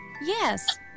Yes